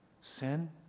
Sin